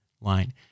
line